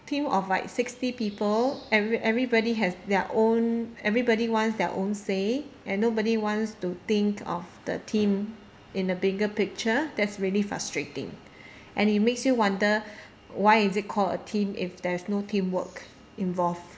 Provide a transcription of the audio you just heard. team of like sixty people ev~ ev~ everybody has their own everybody wants their own say and nobody wants to think of the team in a bigger picture there's really frustrating and it makes you wonder why is it called a team if there's no teamwork involved